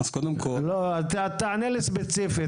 תענה לי ספציפית.